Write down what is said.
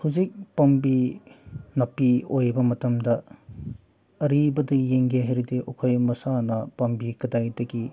ꯍꯧꯖꯤꯛ ꯄꯥꯝꯕꯤ ꯃꯄꯤ ꯑꯣꯏꯕ ꯃꯇꯝꯗ ꯑꯔꯤꯕꯗ ꯌꯦꯡꯒꯦ ꯍꯥꯏꯔꯗꯤ ꯑꯩꯈꯣꯏ ꯃꯁꯥꯅ ꯄꯥꯝꯕꯤ ꯀꯗꯥꯏꯗꯒꯤ